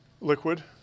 liquid